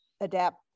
adapt